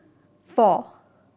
four